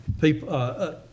people